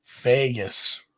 Vegas